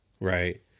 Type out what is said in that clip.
right